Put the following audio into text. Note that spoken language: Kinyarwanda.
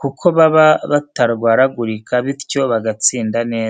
kuko baba batarwaragurika, bityo bagatsinda neza.